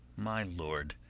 my lord,